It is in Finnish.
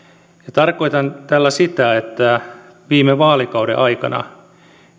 tarkoitan tällä sitä että viime vaalikauden aikana